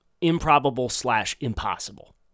improbable-slash-impossible